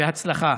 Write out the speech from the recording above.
בהצלחה.